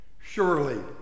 Surely